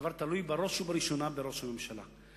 הדבר תלוי בראש ובראשונה בראש הממשלה.